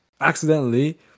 Accidentally